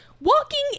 walking